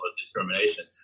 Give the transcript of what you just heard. discrimination